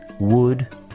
wood